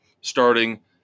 starting